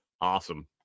Awesome